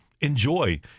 enjoy